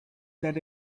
that